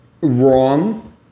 Wrong